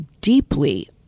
deeply